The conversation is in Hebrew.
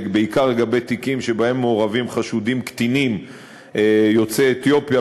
בעיקר לגבי תיקים שבהם מעורבים חשודים קטינים יוצאי אתיופיה,